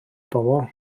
bobol